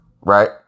Right